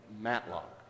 Matlock